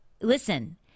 listen